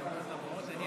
השרה זנדברג, אנא,